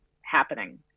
happening